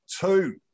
two